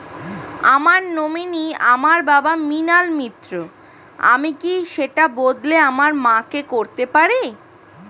আমার নমিনি আমার বাবা, মৃণাল মিত্র, আমি কি সেটা বদলে আমার মা কে করতে পারি?